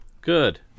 Good